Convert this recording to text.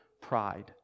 pride